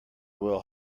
will